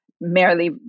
merely